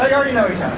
ah already know each